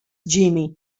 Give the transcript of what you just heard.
ginny